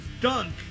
dunk